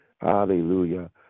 Hallelujah